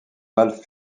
val